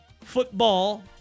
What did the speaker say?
football